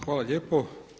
Hvala lijepo.